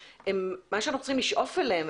שאנחנו צריכים לשאוף אליהם.